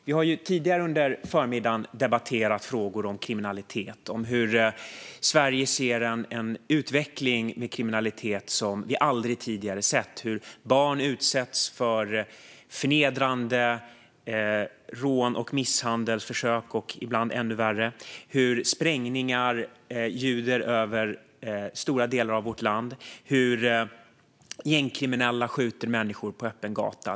Vi har tidigare under förmiddagen debatterat frågor om kriminalitet och hur Sverige ser en utveckling med kriminalitet som vi aldrig tidigare sett, hur barn utsätts för förnedrande rån och misshandelsförsök och ibland ännu värre, hur sprängningar ljuder över stora delar av vårt land och hur gängkriminella skjuter människor på öppen gata.